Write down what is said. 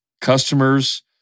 Customers